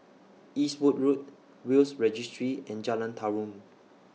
Eastwood Road Will's Registry and Jalan Tarum